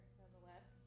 nonetheless